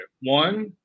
One